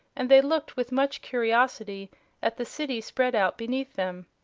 and they looked with much curiosity at the city spread out beneath them.